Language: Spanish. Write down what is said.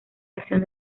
acción